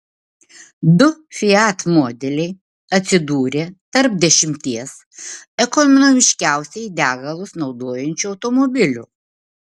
du fiat modeliai atsidūrė tarp dešimties ekonomiškiausiai degalus naudojančių automobilių